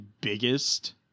biggest